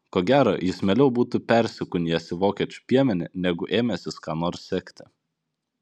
ko gero jis mieliau būtų persikūnijęs į vokiečių piemenį negu ėmęsis ką nors sekti